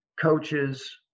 Coaches